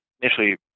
initially